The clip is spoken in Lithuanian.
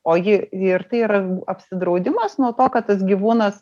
o ji ir tai yra apsidraudimas nuo to kad tas gyvūnas